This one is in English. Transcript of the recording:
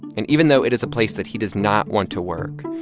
and even though it is a place that he does not want to work,